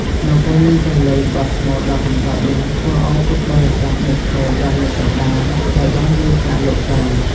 នៅពេលលឺសំឡេងបទស្មូតដ៏កម្សត់នេះ ធ្វើឲ្យពុទ្ធបរិស័ទនឹកឃើញដល់ញាតិសន្តានដែលបានលាចាកលោកទៅ។